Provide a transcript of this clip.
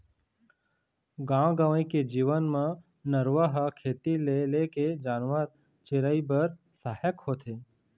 गाँव गंवई के जीवन म नरूवा ह खेती ले लेके जानवर, चिरई बर सहायक होथे